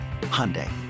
Hyundai